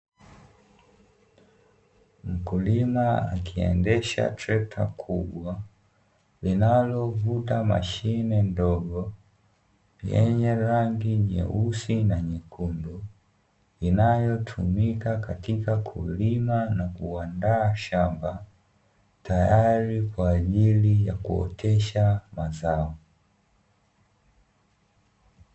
Mkulima akiendesha trekta kubwa linalovuta mashine ndogo yenye rangi nyeusi na nyekundu, inayotumika katika kulima na kuandaa shamba tayari kwa ajili ya kuotesha mazao.